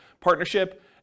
partnership